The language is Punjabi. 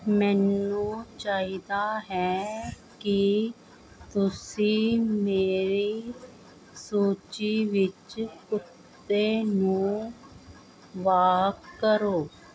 ਮੈਨੂੰ ਚਾਹੀਦਾ ਹੈ ਕਿ ਤੁਸੀਂ ਮੇਰੀ ਸੂਚੀ ਵਿੱਚ ਕੁੱਤੇ ਨੂੰ ਵਾਕ ਕਰੋ